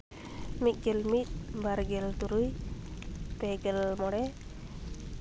ᱢᱤᱫᱜᱮᱞ ᱢᱤᱫ ᱵᱟᱨᱜᱮᱞ ᱛᱩᱨᱩᱭ ᱯᱮᱜᱮᱞ ᱢᱚᱬᱮ